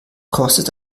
kostet